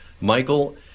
Michael